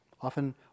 Often